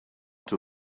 too